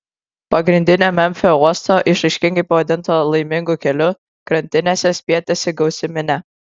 pagrindinio memfio uosto išraiškingai pavadinto laimingu keliu krantinėse spietėsi gausi minia